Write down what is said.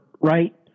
right